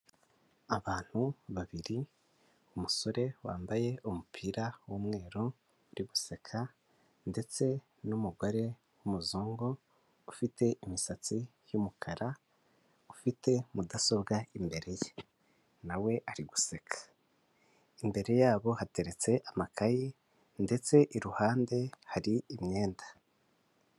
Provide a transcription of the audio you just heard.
Abantu babiri umusore wambaye umupira w'umweru ari guseka, ndetse n'umugore w'umuzungu ufite imisatsi y'umukara, ufite mudasobwa imbere ye nawe ari guseka, imbere yabo hateretse amakaye ndetse iruhande hari imyenda.